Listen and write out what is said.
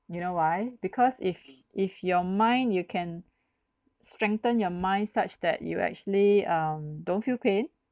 you know why because if if your mind you can strengthen your mind such that you actually um don't feel pain